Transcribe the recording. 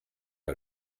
out